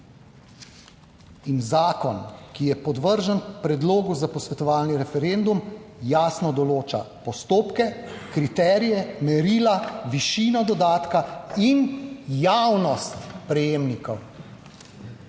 In zakon, ki je podvržen predlogu za posvetovalni referendum, jasno določa postopke, kriterije, merila, višino dodatka in javnost prejemnikov,